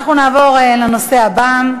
אנחנו נעבור לנושא הבא: